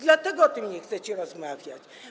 Dlatego o tym nie chcecie rozmawiać.